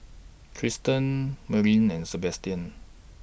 Tristan Merilyn and Sebastian